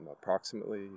approximately